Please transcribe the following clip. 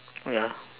oh ya